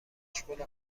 مشغول